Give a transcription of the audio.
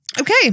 Okay